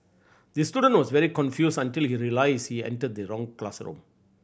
the student was very confused until he realised he entered the wrong classroom